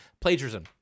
plagiarism